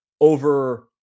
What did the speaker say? over